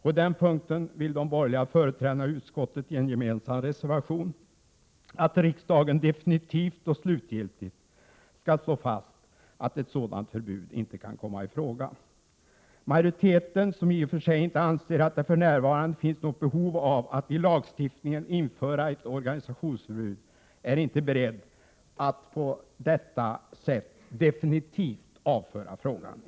På den punkten vill de borgerliga företrädarna i utskottet i en gemensam reservation att riksdagen slutgiltigt skall slå fast att ett sådant förbud inte kan komma i fråga. Majoriteten, som i och för sig inte anser att det för närvarande finns något behov av att i lagstiftningen införa ett organisationsförbud, är inte beredd att på detta sätt definitivt avföra frågan.